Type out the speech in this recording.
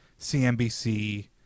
CNBC